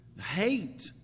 Hate